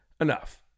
Enough